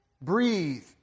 Breathe